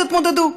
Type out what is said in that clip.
תתמודדו,